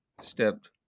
stepped